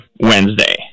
Wednesday